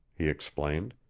he explained.